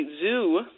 zoo